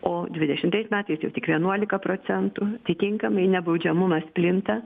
o dvidešimtais metais jau tik vienuolika procentų atitinkamai nebaudžiamumas plinta